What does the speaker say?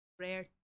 rare